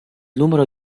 numero